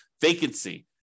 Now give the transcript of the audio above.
vacancy